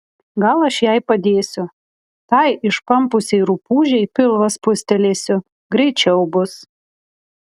gal aš jai padėsiu tai išpampusiai rupūžei pilvą spustelėsiu greičiau bus